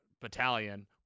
battalion